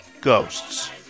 ghosts